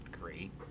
great